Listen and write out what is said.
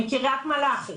מקרית מלאכי,